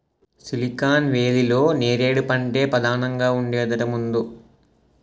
silicon వేలీలో నేరేడు పంటే పదానంగా ఉండేదట ముందు